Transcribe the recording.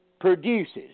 produces